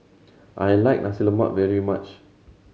I like Nasi Lemak very much